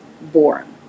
born